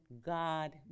God